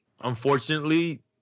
unfortunately